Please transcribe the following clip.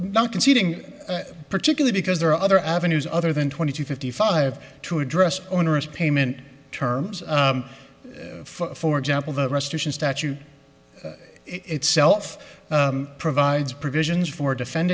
not conceding particular because there are other avenues other than twenty to fifty five to address onerous payment terms for for example the restoration statute itself provides provisions for a defend